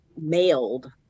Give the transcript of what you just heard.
mailed